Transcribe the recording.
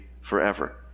forever